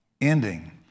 Ending